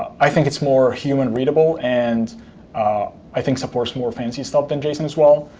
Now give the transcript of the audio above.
i think it's more human readable and i think supports more fancy stuff than json as well.